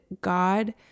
God